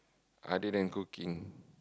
other than cooking